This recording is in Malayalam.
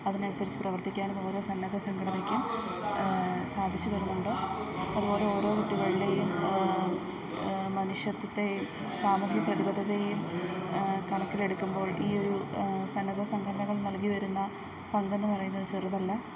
അതിനനുസരിച്ച് പ്രവർത്തിക്കാനും ഉള്ളൊരു സന്നദ്ധ സംഘടനയ്ക്ക് സാധിച്ചു വരുന്നുണ്ട് അതു പോലെ ഓരോ കുട്ടികളിലെയും മനുഷ്യത്വത്തെയും സാമൂഹ്യ പ്രതിബദ്ധതയെയും കണക്കിലെടുക്കുമ്പോൾ ഈയൊരു സന്നദ്ധ സംഘടനകൾ നൽകി വരുന്ന പങ്കെന്നു പറയുന്നത് ചെറുതല്ല